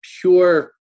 pure